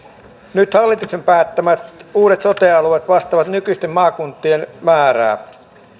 nyt hallituksen päättämät uudet sote alueet vastaavat nykyisten maakuntien määrää